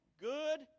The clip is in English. good